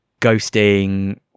ghosting